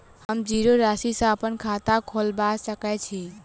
हम जीरो राशि सँ अप्पन खाता खोलबा सकै छी?